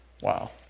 Wow